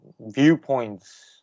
viewpoints